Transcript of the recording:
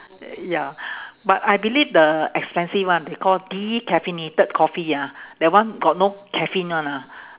ya but I believe the expensive one they call decaffeinated coffee ah that one got no caffeine one ah